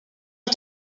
est